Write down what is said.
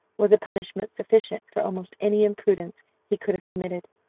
was a punishment sufficient for almost any imprudence he could have committed.